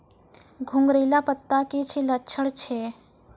घुंगरीला पत्ता के की लक्छण छै?